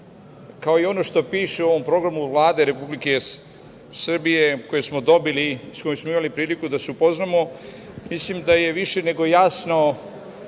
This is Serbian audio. kao i ono što piše u ovom programu Vlade Republike Srbije koji smo dobili, sa kojim smo imali priliku da se upoznamo, mislim da je više nego jasno